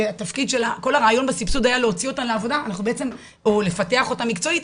שכל הרעיון בסבסוד היה להוציא אותן או לפתח אותן מקצועית,